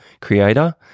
creator